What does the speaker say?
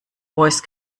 voice